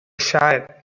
shire